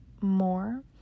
more